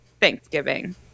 Thanksgiving